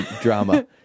drama